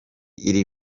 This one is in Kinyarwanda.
iri